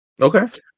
Okay